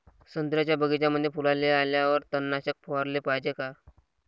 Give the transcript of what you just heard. संत्र्याच्या बगीच्यामंदी फुलाले आल्यावर तननाशक फवाराले पायजे का?